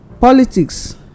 politics